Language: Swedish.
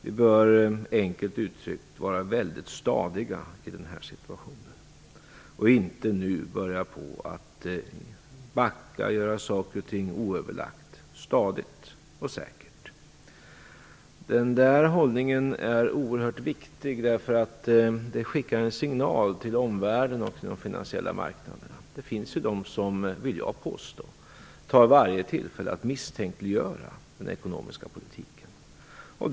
Vi bör, enkelt uttryckt, vara väldigt stadiga i denna situation. Vi får inte börja backa nu, och göra saker och ting på ett oöverlagt sätt. Det skall ske stadigt och säkert. Denna hållning är oerhört viktig. Den skickar nämligen en signal till omvärlden och de finansiella marknaderna. Jag vill påstå att det finns de som tar varje tillfälle att misstänkliggöra den ekonomiska poltiken.